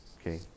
Okay